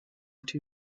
two